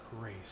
grace